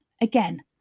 Again